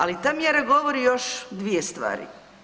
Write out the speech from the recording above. Ali ta mjera govori još dvije stvari.